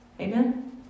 Amen